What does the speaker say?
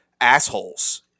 assholes